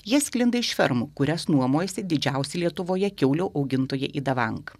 jie sklinda iš fermų kurias nuomojasi didžiausi lietuvoje kiaulių augintojai idavank